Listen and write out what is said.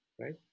right